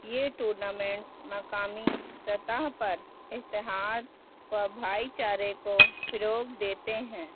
یہ ٹورنامنٹس مقامی سطح پر اتحاد و بھائی چارے کو فروغ دیتے ہیں